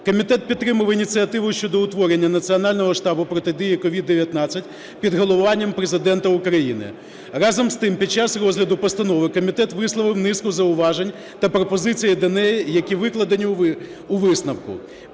Комітет підтримав ініціативу щодо утворення Національного штабу протидії COVID-19 під головуванням Президента України. Разом з тим, під час розгляду постанови комітет висловив низку зауважень та пропозиції до неї, які викладені у висновку.